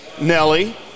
Nelly